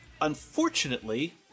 Unfortunately